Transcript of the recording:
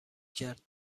کرد